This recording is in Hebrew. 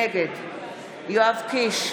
נגד יואב קיש,